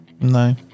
No